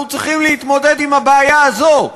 אנחנו צריכים להתמודד עם הבעיה הזאת,